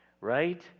right